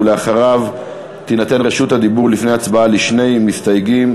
ואחריו תינתן רשות הדיבור לפני ההצבעה לשני מסתייגים,